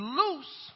loose